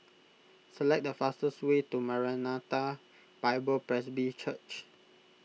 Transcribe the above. select the fastest way to Maranatha Bible Presby Church